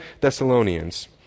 Thessalonians